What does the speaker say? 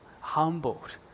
humbled